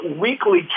weekly